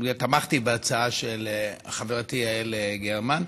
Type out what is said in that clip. תמכתי בהצעה של חברתי יעל גרמן,